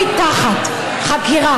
ממעקב אחרי החקיקה